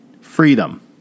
freedom